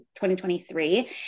2023